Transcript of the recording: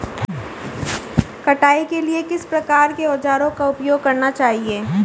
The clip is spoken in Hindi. कटाई के लिए किस प्रकार के औज़ारों का उपयोग करना चाहिए?